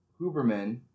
Huberman